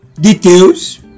details